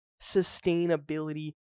sustainability